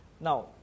Now